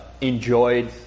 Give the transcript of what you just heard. enjoyed